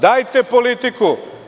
Dajte politiku.